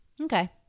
Okay